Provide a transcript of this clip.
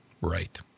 right